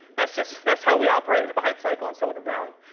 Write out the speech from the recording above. that's just that's how we operate with the hype-cycle in silicon valley.